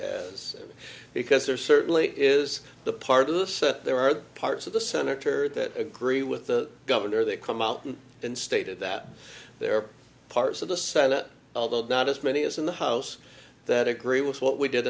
because there certainly is the part of the set there are parts of the senator that agree with the governor that come out and stated that there are parts of the senate although not as many as in the house that agree with what we did